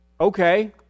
Okay